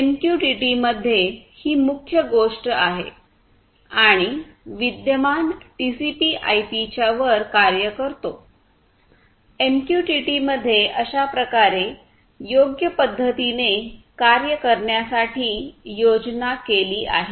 एमक्यूटीटीमध्ये ही मुख्य गोष्ट आहे आणि विद्यमान टीसीपी आयपीच्या वर कार्य करतो एमक्यूटीटी मध्ये अशाप्रकारे योग्य पद्धतीने कार्य करण्यासाठी योजना केली आहे